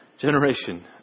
generation